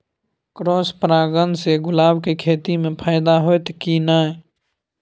Cross परागण से गुलाब के खेती म फायदा होयत की नय?